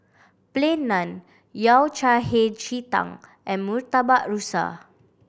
Plain Naan Yao Cai Hei Ji Tang and Murtabak Rusa